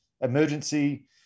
emergency